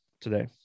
today